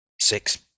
six